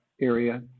area